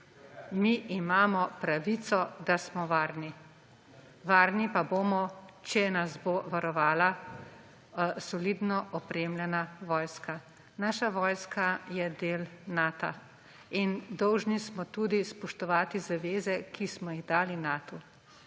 Mi imamo pravico, da smo varni. Varni pa bomo, če nas bo varovala solidno opremljena vojska. Naša vojska je del Nata in dolžni smo tudi spoštovani zaveze, ki smo jih dali Natu.